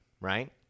right